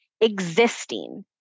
existing